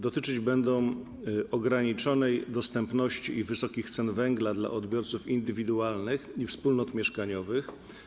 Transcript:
Dotyczyć one będą ograniczonej dostępności i wysokich cen węgla dla odbiorców indywidualnych i wspólnot mieszkaniowych.